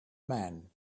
man